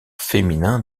féminin